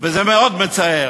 וזה מאוד מצער.